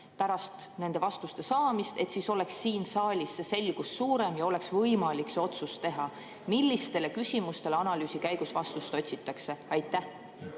käigus vastust otsitakse, et oleks siin saalis selgus suurem ja oleks võimalik see otsus teha? Millistele küsimustele analüüsi käigus vastust otsitakse? Aitäh,